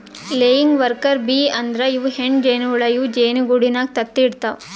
laying worker bee ಅಂದ್ರ ಇವ್ ಹೆಣ್ಣ್ ಜೇನಹುಳ ಇವ್ ಜೇನಿಗೂಡಿನಾಗ್ ತತ್ತಿ ಇಡತವ್